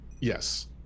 yes